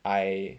I